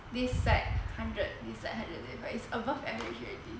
this side hundred this side hundred and twenty five it's above average already